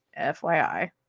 FYI